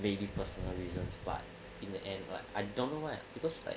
maybe personal reasons but in the end but I don't know why because like